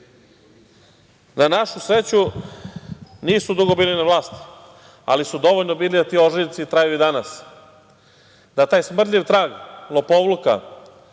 našu sreću nisu dugo bili na vlasti, ali su dovoljno bili da ti ožiljci traju i danas, da taj smrdljiv trag lopovluka,